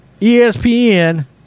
ESPN